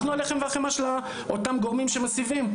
אנחנו הלחם והחמאה של אותם גורמים שמסיבים?